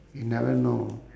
you never know